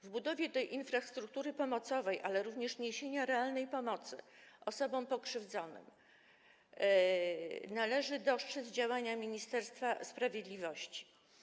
W budowie tej infrastruktury pomocowej, ale również w niesieniu realnej pomocy osobom pokrzywdzonym należy dostrzec działania Ministerstwa Sprawiedliwości.